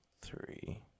three